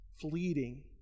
fleeting